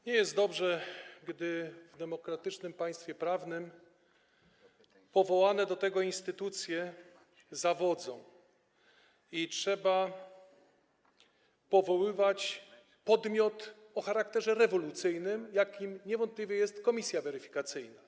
Nie jest dobrze, gdy w demokratycznym państwie prawnym powołane do tego instytucje zawodzą i trzeba powoływać podmiot o charakterze rewolucyjnym, jakim niewątpliwie jest komisja weryfikacyjna.